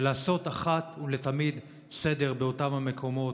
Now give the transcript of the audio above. לעשות אחת ולתמיד סדר באותם המקומות.